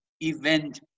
event